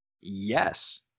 Yes